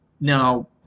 now